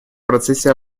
процессе